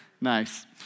Nice